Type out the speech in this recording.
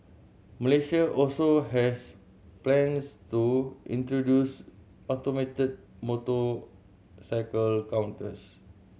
Malaysia also has plans to introduce automated motorcycle counters